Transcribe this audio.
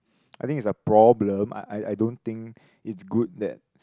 I think it's a problem I I don't think it's good that